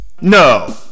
No